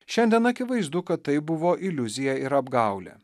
šiandien akivaizdu kad tai buvo iliuzija ir apgaulė